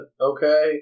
Okay